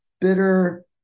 bitter